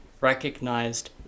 recognized